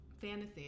Fantasy